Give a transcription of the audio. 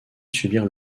subirent